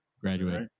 graduate